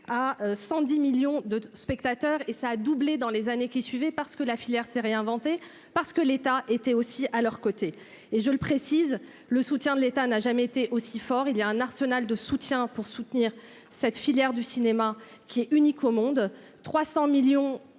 à 110 millions de spectateurs et ça a doublé dans les années qui suivent et parce que la filière s'est réinventer parce que l'État était aussi à leurs côtés et je le précise, le soutien de l'État n'a jamais été aussi fort, il y a un arsenal de soutien pour soutenir cette filière du cinéma qui est unique au monde,